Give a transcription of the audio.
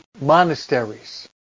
monasteries